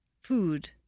food